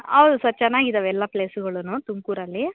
ಹೌದು ಸರ್ ಚೆನ್ನಾಗಿದಾವೆ ಎಲ್ಲ ಪ್ಲೇಸುಗಳೂ ತುಮಕೂರಲ್ಲಿ